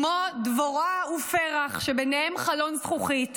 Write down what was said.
כמו דבורה ופרח, שביניהם חלון זכוכית,